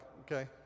okay